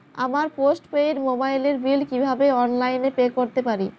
আমার post paid মোবাইলের bill কীভাবে অনলাইনে পে করতে পারি?